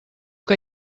que